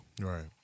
Right